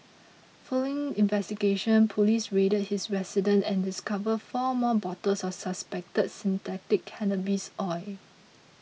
following investigations polices raided his residence and discovered four more bottles of suspected synthetic cannabis oil